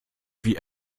wie